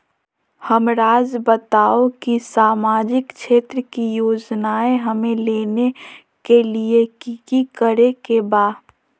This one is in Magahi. हमराज़ बताओ कि सामाजिक क्षेत्र की योजनाएं हमें लेने के लिए कि कि करे के बा?